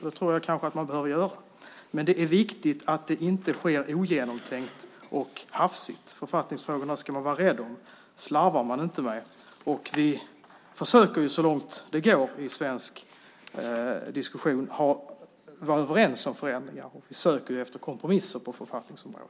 Det bör man kanske göra. Men det är viktigt att det inte sker ogenomtänkt och hafsigt. Författningsfrågorna ska man vara rädd om. Dessa slarvar man inte med. Vi försöker så långt det går att i den svenska diskussionen vara överens om förändringar och söker efter kompromisser på författningsområdet.